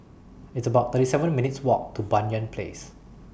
It's about thirty seven minutes' Walk to Banyan Place